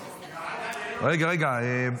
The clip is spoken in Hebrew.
רגע, רגע,